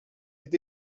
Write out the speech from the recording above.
est